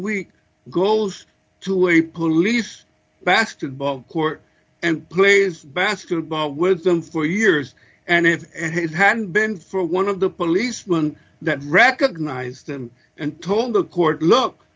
week goes to a police basketball court and plays basketball with them for years and if it hadn't been for one of the policeman that recognized them and told the court look